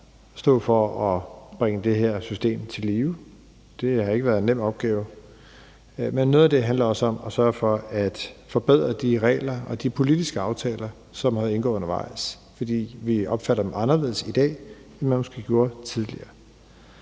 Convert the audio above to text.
stå for at bringe det her system til live. Det har ikke været en nem opgave. Noget af det handler også om at sørge for at forbedre de regler og de politiske aftaler, som har været indgået undervejs, for vi opfatter dem anderledes i dag, end man måske gjorde tidligere.